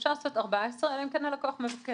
אפשר לעשות 14 יום, אלא אם כן הלקוח מבקש.